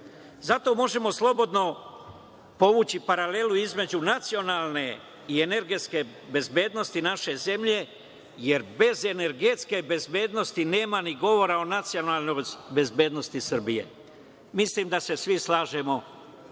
možemo slobodno povući paralelu između nacionalne i energetske bezbednosti naše zemlje, jer bez energetske bezbednosti nema ni govora o nacionalnoj bezbednosti Srbije. Mislim da se svi slažemo